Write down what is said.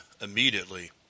immediately